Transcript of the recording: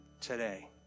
today